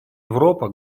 европа